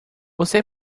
você